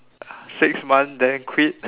six months then quit